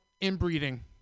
inbreeding